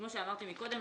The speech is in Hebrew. כמו שאמרתי קודם,